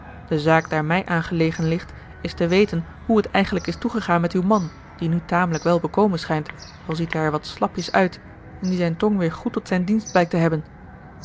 de zaak daar mij aan gelegen ligt is te weten hoe het eigenlijk is toegegaan met uw man die nu tamelijk wel bekomen schijnt al ziet hij er wat slapjes uit en die zijne tong weêr goed tot zijn dienst blijkt te hebben